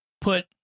put